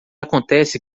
acontece